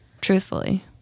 truthfully